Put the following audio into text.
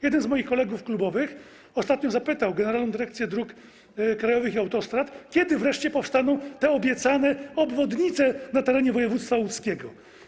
Jeden z moich kolegów klubowych ostatnio zapytał Generalną Dyrekcję Dróg Krajowych i Autostrad, kiedy wreszcie powstaną te obiecane obwodnice na terenie województwa łódzkiego.